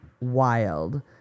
wild